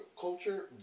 culture